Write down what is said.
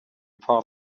part